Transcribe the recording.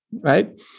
right